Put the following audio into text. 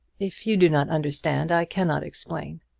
if you do not understand i cannot explain.